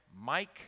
Mike